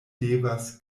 devas